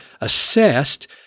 assessed